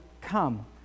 Come